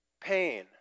Pain